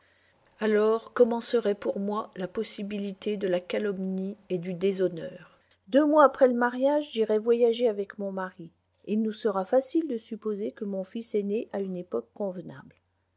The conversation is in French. alors commencerait pour moi la possibilité de la calomnie et du déshonneur deux mois après le mariage j'irai voyager avec mon mari et il nous sera facile de supposer que mon fils est né à une époque convenable